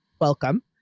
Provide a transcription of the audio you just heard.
welcome